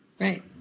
right